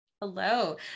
Hello